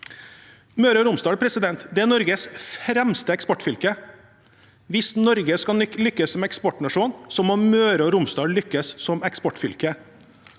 Møre og Romsdal er Norges fremste eksportfylke. Hvis Norge skal lykkes som eksportnasjon, må Møre og Romsdal lykkes som eksportfylke.